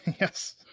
Yes